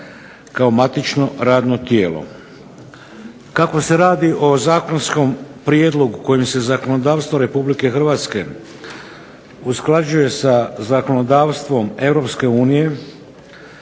kao matično radno tijelo. Kako se radi o zakonskom prijedlogu kojim se zakonodavstvo Republike Hrvatske usklađuje sa zakonodavstvom